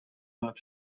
annab